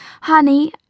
Honey